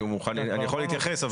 אני יכול להתייחס.